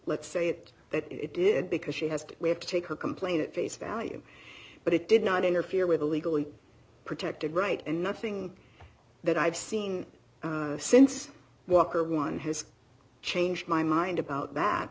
let's say it that it did because she has to we have to take her complaint at face value but it did not interfere with a legally protected right and nothing that i've seen since walker one has changed my mind about that